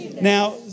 Now